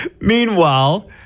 Meanwhile